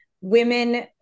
women